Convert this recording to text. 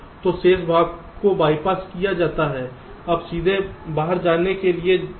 तो शेष भाग को बायपास किया जाता है यह सीधे बाहर जाने के लिए जाएगा